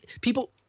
people